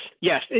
yes